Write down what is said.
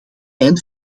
eind